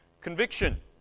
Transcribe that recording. conviction